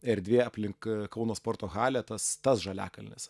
erdvė aplink kauno sporto halę tas tas žaliakalnis